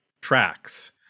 tracks